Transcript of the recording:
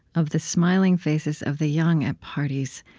of the smiling faces of the young at parties,